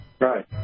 Right